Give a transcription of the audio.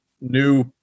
new